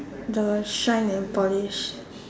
the shine and polish